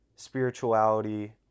spirituality